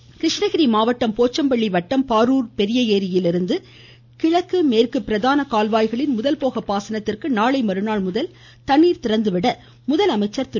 தண்ணீர் திறப்பு கிருஷ்ணகிரி மாவட்டம் போச்சம்பள்ளி வட்டம் பாரூர் பெரிய ஏரியிலிருந்து கிழக்கு மேற்கு பிரதான கால்வாய்களில் முதல் போக பாசனத்திற்கு நாளை மறுநாள் முதல் தண்ணீர் திறக்க முதலமைச்சர் திரு